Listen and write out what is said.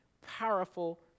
Powerful